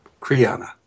Kriana